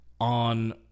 on